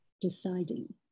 deciding